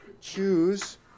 choose